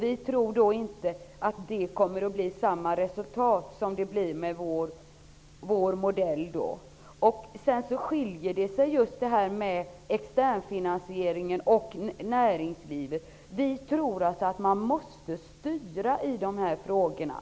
Vi tror inte att det kommer att ge samma resultat som vår modell skulle ge. Det här med externfinansieringen och näringslivet skiljer oss också åt. Vi tror alltså att man måste vara styrande när det gäller dessa frågor.